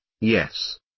yes